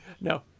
No